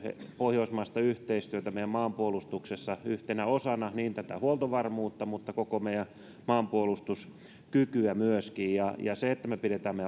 pohjoismaista työtähän meidän maanpuolustuksessa ollaan määrätietoisesti edistetty yhtenä osana niin tätä huoltovarmuutta kuin koko meidän maanpuolustuskykyä myöskin se että me pidämme meidän